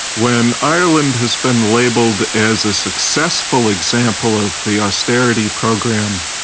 when ireland has been labelled as a successful example of the austerity program,